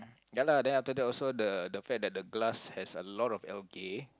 ya lah then after that also the the fact that the glass has a lot of algae